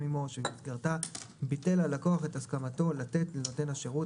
עימו שבמסגרתה ביטל הלקוח את הסכמתו לתת לנותן השירות